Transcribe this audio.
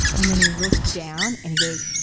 and then he looked down and he goes,